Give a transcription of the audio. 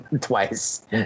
Twice